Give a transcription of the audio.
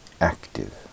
active